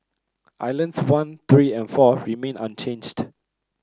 islands one three and four remained unchanged